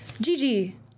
Gigi